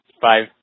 five